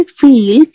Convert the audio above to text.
feel